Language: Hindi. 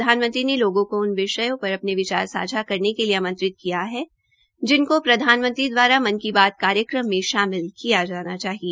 प्रधानमंत्री ने लोगों को उन विषयों पर अपने विचार सांझा करने के लिए आमत्रित किया है जिनकों प्रधानमंत्री द्वारा मन की बात कार्यक्रम में शामिल किया जाना चाहिए